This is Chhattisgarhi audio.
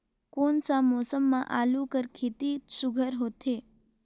कोन सा मौसम म आलू कर खेती सुघ्घर होथे?